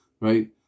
right